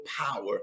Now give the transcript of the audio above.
power